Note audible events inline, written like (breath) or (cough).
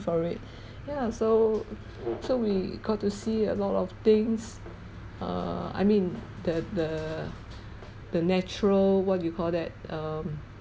for it (breath) yeah so so we got to see a lot of things err I mean the the the natural what you call that um